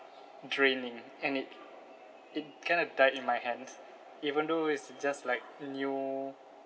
draining and it it kind of died in my hands even though it's just like a new